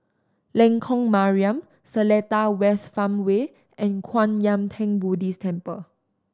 Lengkok Mariam Seletar West Farmway and Kwan Yam Theng Buddhist Temple